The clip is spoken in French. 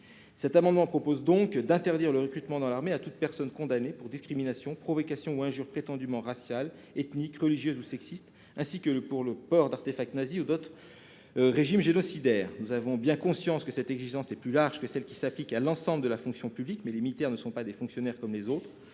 Cet amendement vise donc à interdire le recrutement dans l'armée de toute personne condamnée pour discrimination, provocation ou injure raciale, ethnique, religieuse ou sexiste, ainsi que pour le port d'emblèmes nazis ou d'autres régimes génocidaires. Nous en avons bien conscience, il s'agirait d'une exigence renforcée au regard de celle qui s'applique au reste de la fonction publique, car les militaires ne sont pas des fonctionnaires comme les autres.